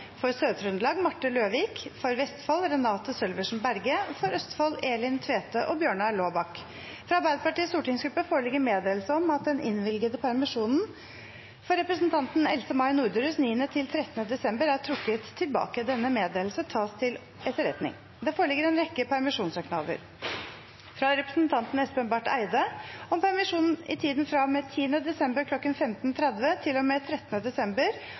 For Sør-Trøndelag: Marte Løvik For Vestfold: Renate Sølversen Berge For Østfold: Elin Tvete og Bjørnar Laabak Fra Arbeiderpartiets stortingsgruppe foreligger det en meddelelse om at den innvilgede permisjonen for representanten Else-May Norderhus 9.–13. desember er trukket tilbake. Denne meddelelsen tas til etterretning. Det foreligger en rekke permisjonssøknader: fra representanten Espen Barth Eide om permisjon i tiden fra og med 10. desember kl. 15.30 til og med 13. desember